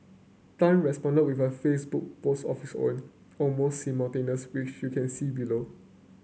Tan responded with a Facebook post of his own almost which you can see below